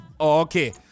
Okay